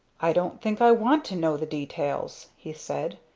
i don't think i want to know the details, he said.